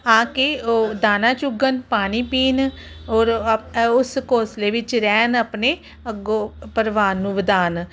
ਆ ਕੇ ਉਹ ਦਾਣਾ ਚੁਗਣ ਪਾਣੀ ਪੀਣ ਔਰ ਆਪ ਉਸ ਘੌਂਸਲੇ ਵਿੱਚ ਰਹਿਣ ਆਪਣੇ ਅੱਗੋਂ ਪਰਿਵਾਰ ਨੂੰ ਵਧਾਉਣ